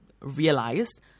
realized